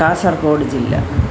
कासर्गोड् जिल्ला